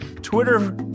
Twitter